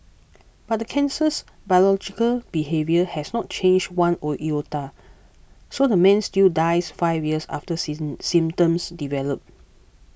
but the cancer's biological behaviour has not changed one or iota so the man still dies five years after season symptoms develop